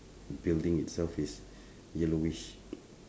building itself is yellowish